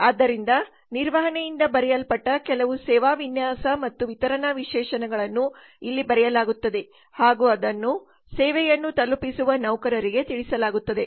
ಆದ್ದರಿಂದ ನಿರ್ವಹಣೆಯಿಂದ ಬರೆಯಲ್ಪಟ್ಟ ಕೆಲವು ಸೇವಾ ವಿನ್ಯಾಸ ಮತ್ತು ವಿತರಣಾ ವಿಶೇಷಣಗಳನ್ನು ಇಲ್ಲಿ ಬರೆಯಲಾಗುತ್ತದೆ ಹಾಗು ಅದನ್ನು ಸೇವೆಯನ್ನು ತಲುಪಿಸುವ ನೌಕರರಿಗೆ ತಿಳಿಸಲಾಗುತ್ತದೆ